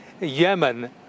Yemen